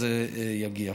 אם החוק הזה יגיע.